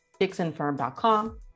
DixonFirm.com